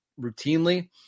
routinely